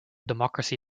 democracy